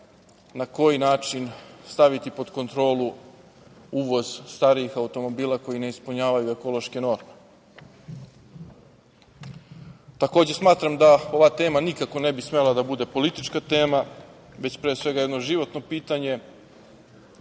na koji način staviti pod kontrolu uvoz starijih automobila koji ne ispunjavaju ekološke norme. Takođe, smatram da ova tema nikako ne bi smela da bude politička tema, već pre svega, jedno životno pitanje